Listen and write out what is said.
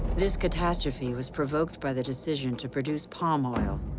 this catastrophe was provoked by the decision to produce palm oil,